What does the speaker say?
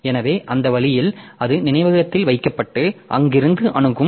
எனவே அந்த வழியில் அது நினைவகத்தில் வைக்கப்பட்டு அங்கிருந்து அணுகும்